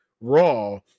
Raw